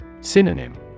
Synonym